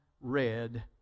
red